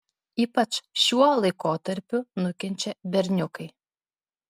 ypač šiuo laikotarpiu nukenčia berniukai